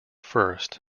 first